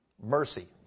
mercy